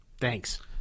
Thanks